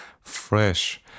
fresh